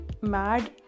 mad